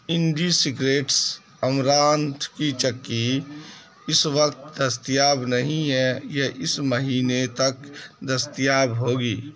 indie Secrets amaranth کی چکی اس وقت دستیاب نہیں ہے یہ اس مہینے تک دستیاب ہوگی